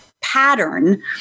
pattern